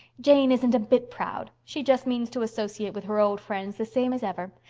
jane isn't a bit proud. she just means to associate with her old friends the same as ever.